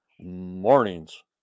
mornings